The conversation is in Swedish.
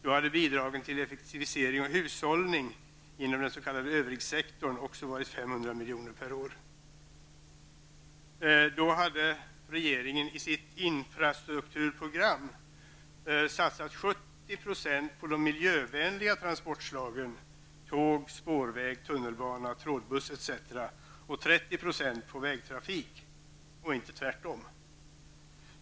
Då hade bidragen till effektivisering och hushållning inom den s.k. övrigsektorn också varit Då hade regeringen i sitt infrastrukturprogram satsat 70 % på de miljövänliga transportslagen: tåg, spårväg, tunnelbana, trådbuss etc. och 30 % på vägtrafik etc., och inte tvärtom.